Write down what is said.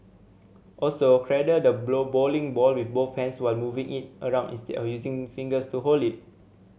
also cradle the bowling ball with both hands while moving it around instead of using the fingers to hold it